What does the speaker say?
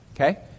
okay